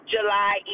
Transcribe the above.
July